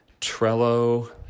Trello